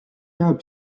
jääb